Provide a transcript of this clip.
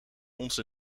onze